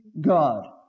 God